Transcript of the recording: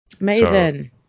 Amazing